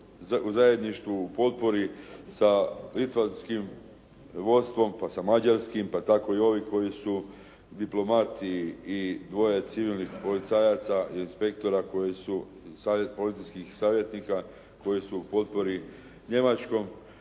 u zajedništvu u potpori sa litvanskim vodstvom, pa sa mađarskim, pa tako i ovi koji su diplomati i dvoje civilnih policajaca, inspektora, policijskih savjetnika koji su u potpori njemačkom